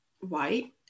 white